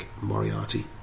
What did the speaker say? Moriarty